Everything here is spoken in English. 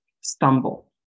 stumble